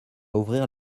ouvrir